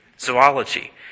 zoology